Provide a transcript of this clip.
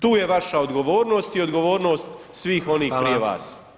Tu je vaša odgovornost i odgovornost svih onih prije vas.